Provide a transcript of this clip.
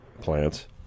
plants